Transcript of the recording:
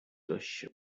داشه